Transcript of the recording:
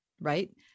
Right